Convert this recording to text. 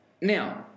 Now